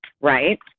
Right